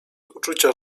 uczucia